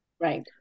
Right